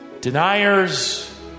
deniers